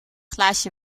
glaasje